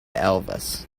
elvis